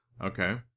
Okay